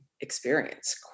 experience